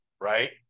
right